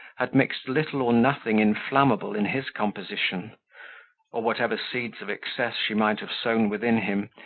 had mixed little or nothing inflammable in his composition or, whatever seeds of excess she might have sown within him,